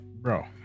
bro